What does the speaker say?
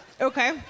Okay